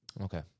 Okay